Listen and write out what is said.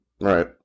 Right